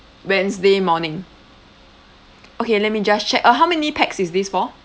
wednesday morning okay let me just check uh how many pax is this for